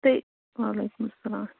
تٕے وعلیکُم السلام